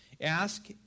Ask